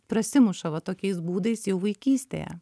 prasimuša va tokiais būdais jau vaikystėje